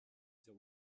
the